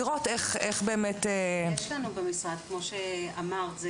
כמו שאמרת,